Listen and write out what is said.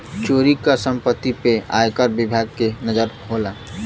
चोरी क सम्पति पे आयकर विभाग के नजर होला